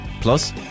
Plus